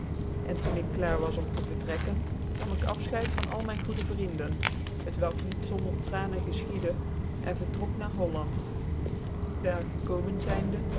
en doe ik klaar was om te vertrekken nam ik affcheid van al mijn goede vrienden t welk niet zonder tranen gcfchicdc ca vertrok na holland daar gekomen zynde